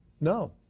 No